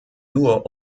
nur